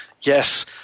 yes